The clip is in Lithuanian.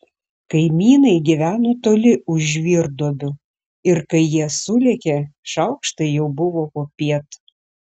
kaimynai gyveno toli už žvyrduobių ir kai jie sulėkė šaukštai jau buvo popiet